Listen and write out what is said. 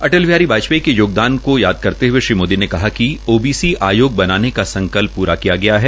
अटल बिहारी वाजपेयी के योगदान को याद करते हुए श्री मोदी ने कहा कि ओबीसी आयोग बनाने का संकल्प पूरा किया गया है